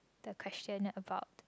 the question about